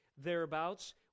Thereabouts